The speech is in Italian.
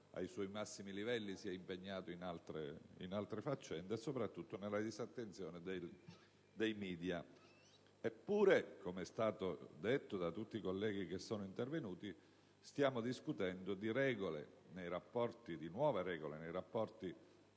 ai suoi massimi livelli sia impegnato in altre faccende) e, soprattutto, nella disattenzione dei *media*. Eppure, come è stato detto da tutti i colleghi intervenuti, stiamo discutendo di nuove regole nei rapporti